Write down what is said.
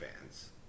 fans